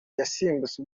yasimbutse